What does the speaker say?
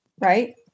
right